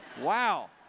Wow